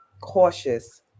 cautious